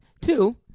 Two